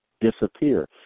disappear